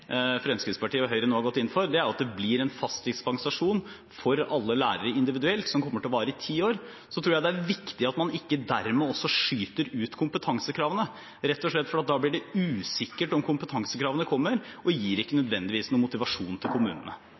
inn for, er at det blir en fast dispensasjon for alle lærere individuelt, som kommer til å vare i ti år. Så tror jeg det er viktig at man ikke dermed også skyter ut kompetansekravene, rett og slett fordi det da blir usikkert om kompetansekravene kommer, og det gir ikke nødvendigvis noen motivasjon til kommunene.